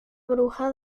bruja